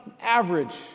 average